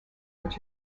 which